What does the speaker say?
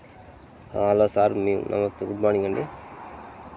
hello sir మేము నమస్తే good morning అండి